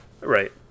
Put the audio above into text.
right